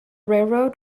railroad